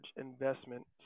investment